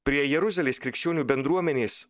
prie jeruzalės krikščionių bendruomenės